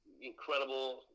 incredible